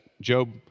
Job